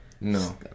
No